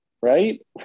right